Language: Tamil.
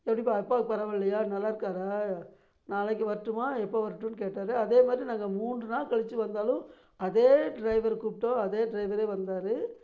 எப்படிப்பா அப்பாவுக்கு பரவால்லையா நல்லாருக்காரா நாளைக்கு வரட்டுமா எப்போ வரட்டுன்னு கேட்டார் அதேமாதிரி நாங்கள் மூன்று நாள் கழிச்சு வந்தாலும் அதே ட்ரைவர் கூப்பிட்டோம் அதே டிரைவரே வந்தார்